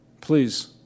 Please